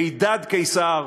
הידד, קיסר,